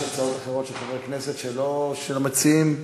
יש הצעות אחרות של חבר כנסת, של המציעים?